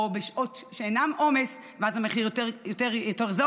או בשעות שאינן שעות עומס ואז המחיר יותר זול?